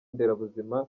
nderabuzima